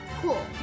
cool